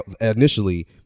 initially